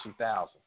2000